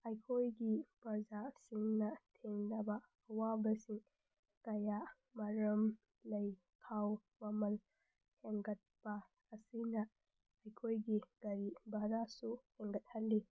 ꯑꯩꯈꯣꯏꯒꯤ ꯄ꯭ꯔꯖꯥꯁꯤꯡꯅ ꯊꯦꯡꯅꯕ ꯑꯋꯥꯕꯁꯤꯡ ꯀꯌꯥꯃꯔꯨꯝ ꯂꯩ ꯊꯥꯎ ꯃꯃꯜ ꯍꯦꯟꯒꯠꯄ ꯑꯁꯤꯅ ꯑꯩꯈꯣꯏꯒꯤ ꯒꯥꯔꯤ ꯚꯔꯥꯁꯨ ꯍꯦꯟꯒꯠꯍꯜꯂꯤ